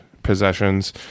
possessions